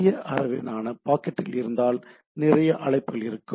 பெரிய அளவிலான பாக்கெட்டுகள் இருந்தால் நிறைய அழைப்புகள் இருக்கும்